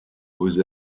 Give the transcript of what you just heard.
with